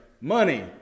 money